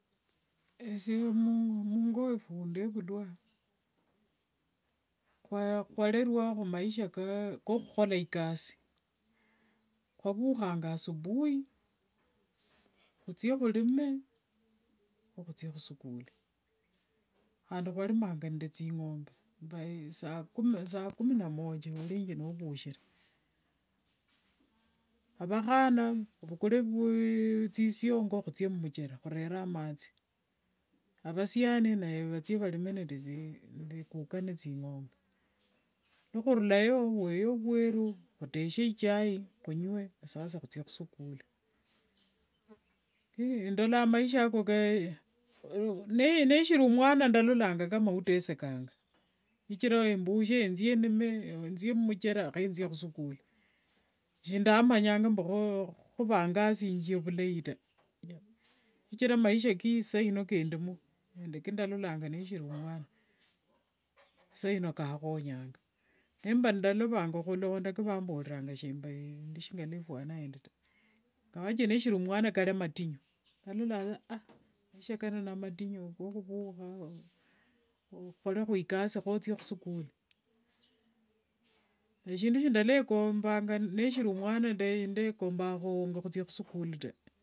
Esye mungo wefu wandevulwa, khwarerwa khunaisha kakhukhola ikasi, khwavukhanga asubui khuthie khurime khikhuthie khuschooli, khandi khwarimanga nde thingombe by sakumi na moja thinyolenge nimuvukhire, avakhana muvukure thisiongo khuthie mumuchera khurere amathi, avasiani navo vathie varime nde vakuka nde thingombe, nikhurulayo khweye ovweru oteshe ichai khunywe khikhuthie khuschooli, ndolanga maisha ako neshiri mwana ndalolanga kama utesekanga shichira mbukhe nzie ndime, nzie mumucherera khunzie musichooli, shindamanyanga mbu khuvangasingia vulai taa, shichira maisha keisaino kendimo nde kandalolanga neshiri mwana esaino khakhonyanga, nemba ndalovanga khulonda kavamboreranga shindi ngilwa fwana endi taa, ingawaje nishiri mwana kari matinyu, ndalolanga saa aahh khuvukha okhorekho ikasi khothie, eshindu shiandalekombanga nishiri mwana sindekombaga khuwonjera khuthia musicoli taa.